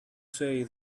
say